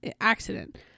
accident